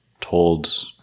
told